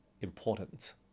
important